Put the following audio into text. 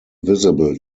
visible